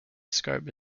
scope